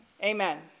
Amen